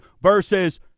versus